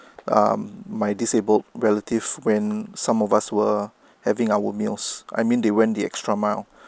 um my disabled relative when some of us were having our meals I mean they went the extra mile